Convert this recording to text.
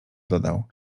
dodał